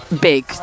big